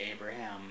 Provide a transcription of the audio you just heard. Abraham